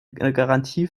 garantie